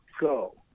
go